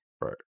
right